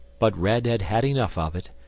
but red had had enough of it,